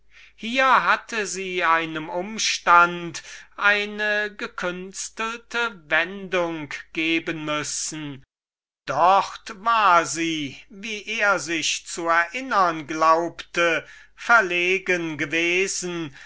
hier hatte sie einem umstand eine gekünstelte wendung geben müssen dort war sie wie er sich zu erinnern glaubte verlegen gewesen